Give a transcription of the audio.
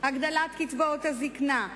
הגדלת קצבאות הזיקנה,